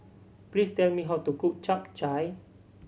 please tell me how to cook Chap Chai